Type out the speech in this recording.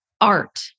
art